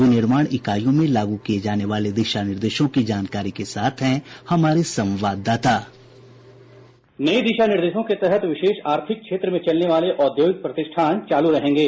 विनिर्माण इकाइयों में लागू किए जाने वाले दिशा निर्देशों की जानकारी के साथ हैं हमारे संवाददाता बाईट ये दिशा निर्देशों के तहत विशेष आर्थिक क्षेत्र में चलने वाले औद्योगिक प्रतिष्ठान चालू रहेंगे